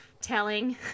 telling